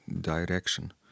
direction